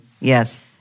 Yes